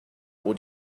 would